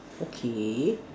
okay